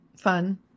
fun